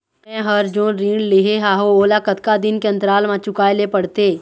मैं हर जोन ऋण लेहे हाओ ओला कतका दिन के अंतराल मा चुकाए ले पड़ते?